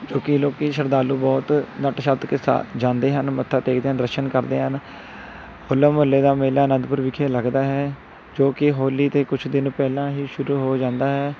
ਕਿਉਂਕੀ ਲੋਕ ਸ਼ਰਧਾਲੂ ਬਹੁਤ ਕੇ ਸਾ ਜਾਂਦੇ ਹਨ ਮੱਥਾ ਟੇਕਦੇ ਆ ਦਰਸ਼ਨ ਕਰਦੇ ਹਨ ਹੋਲੇ ਮਹੱਲੇ ਦਾ ਮੇਲਾ ਆਨੰਦਪੁਰ ਵਿਖੇ ਲੱਗਦਾ ਹੈ ਜੋ ਕਿ ਹੋਲੀ ਤੋਂ ਕੁਛ ਦਿਨ ਪਹਿਲਾਂ ਹੀ ਸ਼ੁਰੂ ਹੋ ਜਾਂਦਾ ਹੈ